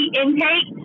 intake